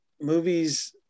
movies